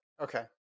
Okay